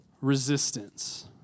resistance